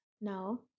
Now